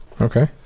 Okay